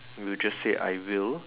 you just said I will